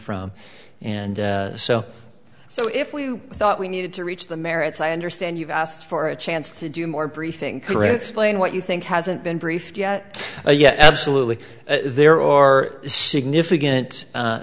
from and so so if we thought we needed to reach the merits i understand you've asked for a chance to do more briefing career explain what you think hasn't been briefed yet yes absolutely there are significant